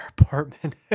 apartment